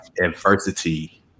adversity